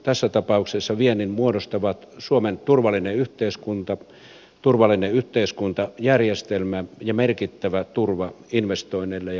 tässä tapauksessa viennin muodostavat suomen turvallinen yhteiskunta turvallinen yhteiskuntajärjestelmä ja merkittävä turva investoinneille ja omaisuudelle